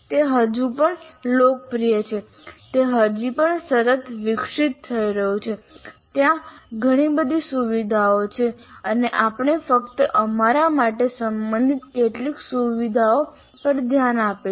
તે હજી પણ લોકપ્રિય છે તે હજી પણ સતત વિકસિત થઈ રહ્યું છે ત્યાં ઘણી બધી સુવિધાઓ છે અને આપણે ફક્ત અમારા માટે સંબંધિત કેટલીક સુવિધાઓ પર ધ્યાન આપીશું